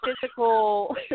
physical